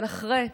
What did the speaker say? אבל אחרי זה,